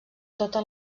totes